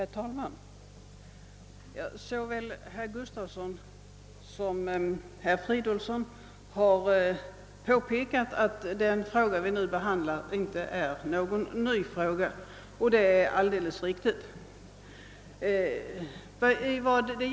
Herr talman! Såväl herr Gustafsson i Borås som herr Fridolfsson i Stockholm har påpekat att den fråga vi nu behandlar inte är ny. Detta är alldeles riktigt.